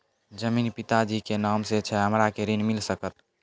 जमीन पिता जी के नाम से छै हमरा के ऋण मिल सकत?